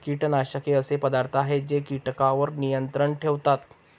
कीटकनाशके असे पदार्थ आहेत जे कीटकांवर नियंत्रण ठेवतात